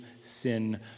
sin